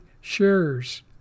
shares